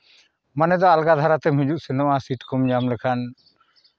ᱢᱟᱱᱮ ᱫᱚ ᱟᱞᱜᱟ ᱫᱷᱟᱨᱟ ᱛᱮᱢ ᱦᱤᱡᱩᱜ ᱥᱮᱱᱚᱜᱼᱟ ᱥᱤᱴ ᱠᱚᱢ ᱧᱟᱢ ᱞᱮᱠᱷᱟᱱ